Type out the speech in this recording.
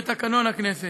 הכנסת ותקנון הכנסת.